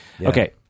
Okay